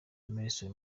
emmerson